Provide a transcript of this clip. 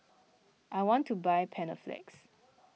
I want to buy Panaflex